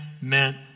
meant